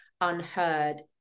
unheard